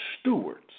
stewards